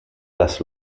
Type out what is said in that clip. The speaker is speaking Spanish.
las